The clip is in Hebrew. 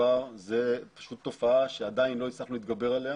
זו פשוט תופעה שעדיין לא הצלחנו להתגבר עליה.